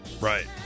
Right